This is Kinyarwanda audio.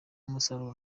umusaruro